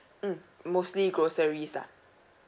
mm mostly groceries lah